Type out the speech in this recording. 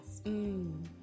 Mmm